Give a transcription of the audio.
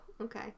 okay